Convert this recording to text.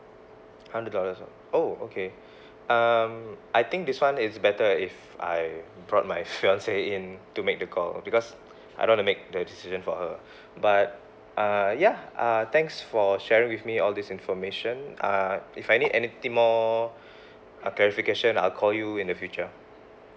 hundred dollars ah oh okay um I think this [one] is better if I brought my fiancee in to make the call because I don't make the decision for her but uh ya uh thanks for sharing with me all these information uh if I need anything more uh clarification I'll call you in the future